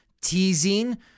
teasing